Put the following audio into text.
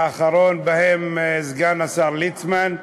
האחרון בהם סגן השר ליצמן,